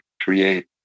create